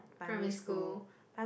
primary school